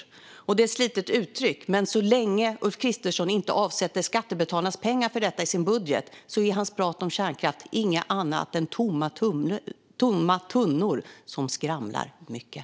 Det är kanske ett slitet uttryck, men så länge Ulf Kristersson inte avsätter skattebetalarnas pengar för detta i sin budget är hans prat om kärnkraft inget annat än tomma tunnor som skramla mycket.